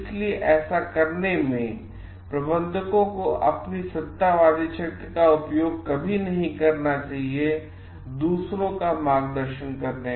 इसलिए लेकिन ऐसा करने में प्रबंधकों को अपनी सत्तावादी शक्ति का उपयोग कभी नहीं करना चाहिए दूसरों का मार्गदर्शन करें